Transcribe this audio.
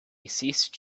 ceased